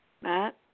Matt